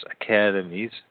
academies